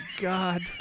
God